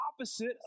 opposite